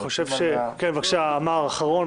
חבר הכנסת עמאר אחרון,